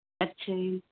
ਅੱਛਾ ਜੀ